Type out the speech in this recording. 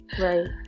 Right